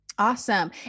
Awesome